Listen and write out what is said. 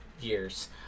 years